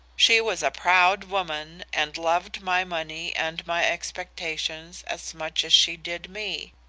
she was a proud woman and loved my money and my expectations as much as she did me.